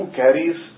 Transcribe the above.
carries